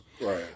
Right